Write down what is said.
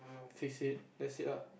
fix it that's it ah